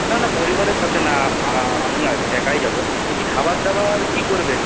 না না পরিবারের সাথে না আমি একাই যাব বলছি খাবার দাবার কি করবেন